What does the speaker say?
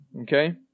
okay